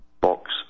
Box